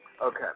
Okay